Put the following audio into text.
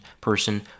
person